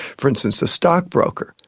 for instance the stockbroker.